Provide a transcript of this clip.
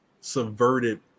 subverted